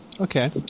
Okay